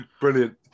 Brilliant